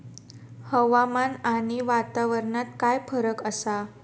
हवामान आणि वातावरणात काय फरक असा?